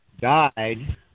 died